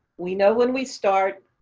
we know when we start,